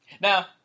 Now